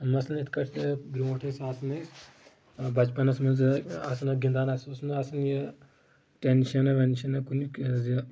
مثلہٕ یِتھ کٲٹھۍ برٛونٛٹھ ٲسۍ آسان أسۍ بچپنس منٛز آسان گِنٛدان اسہِ اوس نہٕ آسان یہِ ٹٮ۪نشنہ وٮ۪نشنہ کُنیُک زِ